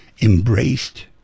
embraced